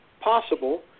possible